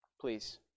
Please